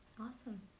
Awesome